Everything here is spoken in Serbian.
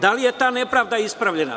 Da li je ta nepravda ispravljena?